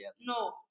No